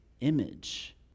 image